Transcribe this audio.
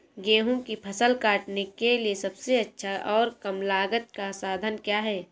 गेहूँ की फसल काटने के लिए सबसे अच्छा और कम लागत का साधन बताएं?